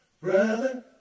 Brother